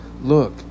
look